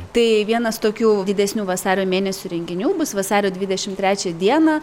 tai vienas tokių didesnių vasario mėnesio renginių bus vasario dvidešimt trečią dieną